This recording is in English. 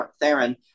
Theron